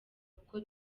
kuko